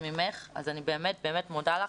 אני באמת מודה לך.